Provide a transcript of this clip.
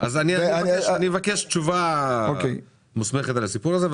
אז אני מבקש תשובה מוסמכת על הסיפור הזה.